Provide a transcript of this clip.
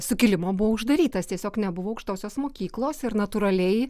sukilimo buvo uždarytas tiesiog nebuvo aukštosios mokyklos ir natūraliai